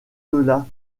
delà